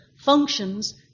functions